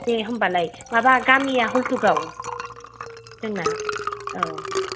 दे होम्बालाय माबा गामिया हल्टुगाव दे होम्बा औ